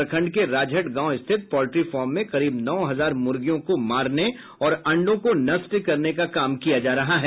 प्रखंड के राजहट गांव स्थित पॉल्ट्री फॉर्म में करीब नौ हजार मुर्गियों को मारने और अंडो को नष्ट करने का काम किया जा रहा है